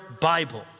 Bible